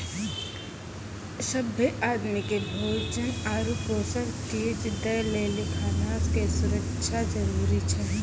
सभ्भे आदमी के भोजन आरु पोषक चीज दय लेली खाना के सुरक्षा जरूरी छै